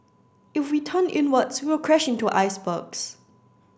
if we turn inwards we'll crash into icebergs